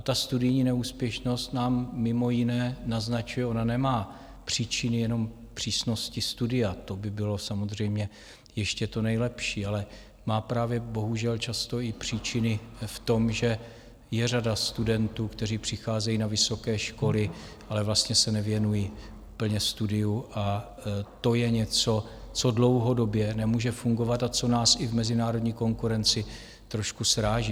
Ta studijní neúspěšnost nám mimo jiné naznačuje ona nemá příčiny jenom v přísnosti studia, to by bylo samozřejmě ještě to nejlepší, ale má právě bohužel často i příčiny v tom, že je řada studentů, kteří přicházejí na vysoké školy, ale vlastně se nevěnují plně studiu, a to je něco, co dlouhodobě nemůže fungovat a co nás i v mezinárodní konkurenci trošku sráží.